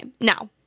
now